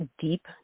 deep